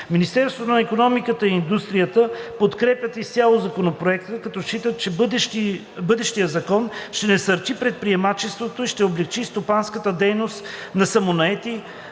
Министерството на икономиката и индустрията подкрепя изцяло Законопроекта, като счита, че бъдещият закон ще насърчи предприемачеството и ще облекчи стопанската дейност на самонаети,